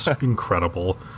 incredible